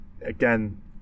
again